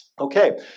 Okay